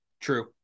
True